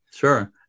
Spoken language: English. Sure